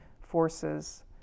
forces